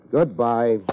Goodbye